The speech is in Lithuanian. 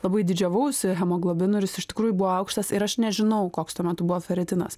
labai didžiavausi hemoglobinu ir jis iš tikrųjų buvo aukštas ir aš nežinau koks tuo metu buvo feritinas